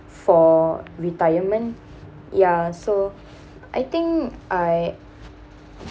for retirement ya so I think I